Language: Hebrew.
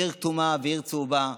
עיר כתומה ועיר צהובה.